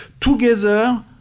together